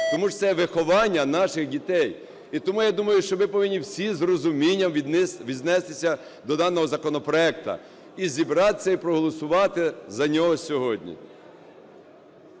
Тому що це виховання наших дітей. І тому я думаю, що ви повинні всі з розумінням віднестися до даного законопроекту, і зібратися, і проголосувати за нього сьогодні.